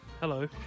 Hello